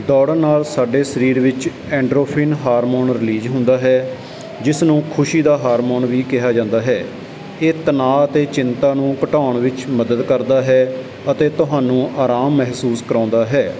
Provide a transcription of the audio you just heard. ਦੌੜਨ ਨਾਲ ਸਾਡੇ ਸਰੀਰ ਵਿੱਚ ਐਂਡਰੋਫਿਨ ਹਾਰਮੋਨ ਰਿਲੀਜ਼ ਹੁੰਦਾ ਹੈ ਜਿਸ ਨੂੰ ਖੁਸ਼ੀ ਦਾ ਹਾਰਮੋਨ ਵੀ ਕਿਹਾ ਜਾਂਦਾ ਹੈ ਇਹ ਤਣਾਅ ਅਤੇ ਚਿੰਤਾ ਨੂੰ ਘਟਾਉਣ ਵਿੱਚ ਮਦਦ ਕਰਦਾ ਹੈ ਅਤੇ ਤੁਹਾਨੂੰ ਆਰਾਮ ਮਹਿਸੂਸ ਕਰਵਾਉਂਦਾ ਹੈ